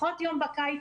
פחות יום בקיץ,